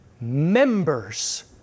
members